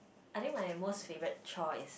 I think my most favourite chore is